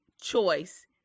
choice